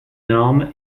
normes